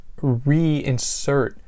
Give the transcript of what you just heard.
reinsert